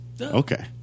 Okay